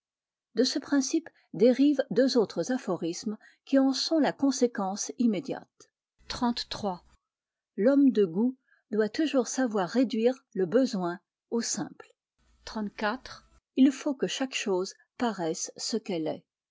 de ce principe dérivent deux autres aphorismes qui en sont la conséquence immédiate xxxiii l'homme de goût doit toujours savoir réduire le besoin au simple xxxiv il faut que chaque chose paraisse ce qu'elle est